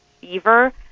fever